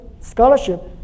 scholarship